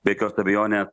be jokios abejonės